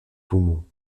poumons